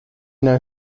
know